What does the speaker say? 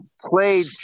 played